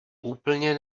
úplně